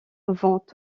vont